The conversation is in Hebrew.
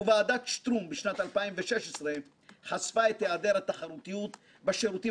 וועדת שטרום בשנת 2016 חשפה את היעדר התחרותיות בשירותים